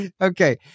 Okay